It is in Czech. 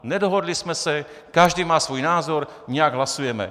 Nedohodli jsme se, každý má svůj názor, nějak hlasujeme.